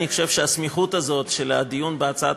אני חושב שהסמיכות הזאת של הדיון בהצעת